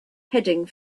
heading